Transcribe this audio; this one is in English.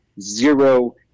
zero